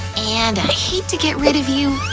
and i hate to get rid of you,